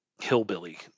hillbilly